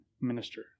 minister